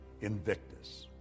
invictus